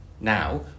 Now